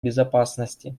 безопасности